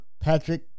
Patrick